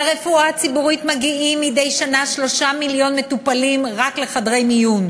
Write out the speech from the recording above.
לרפואה הציבורית, רק לחדרי המיון,